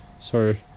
Sorry